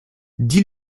dix